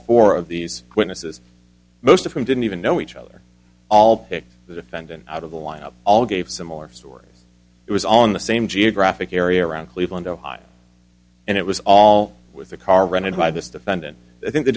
four of these witnesses most of whom didn't even know each other all the defendant out of the lineup all gave similar stories it was on the same geographic area around cleveland ohio and it was all with the car running by this defendant i think the